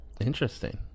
interesting